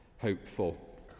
hopeful